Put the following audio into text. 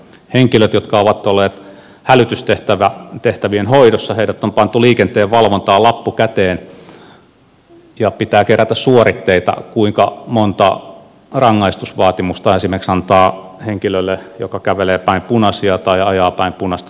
henkilöt jotka ovat olleet hälytystehtävien hoidossa on pantu liikenteenvalvontaan lappu käteen ja pitää kerätä suoritteita kuinka monta rangaistusvaatimusta esimerkiksi antaa henkilölle joka kävelee päin punaisia tai ajaa päin punaista liikennevaloa